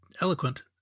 eloquent